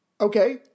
Okay